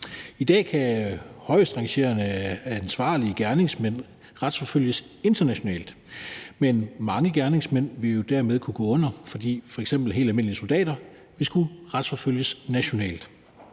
I dag kan højt rangerende ansvarlige gerningsmænd retsforfølges internationalt, men mange gerningsmænd vil dermed kunne gå fri, fordi f.eks. helt almindelige soldater vil skulle retsforfølges nationalt,